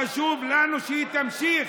חשוב לנו שהיא תמשיך.